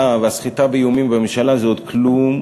והסחיטה באיומים בממשלה זה עוד כלום,